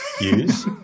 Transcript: use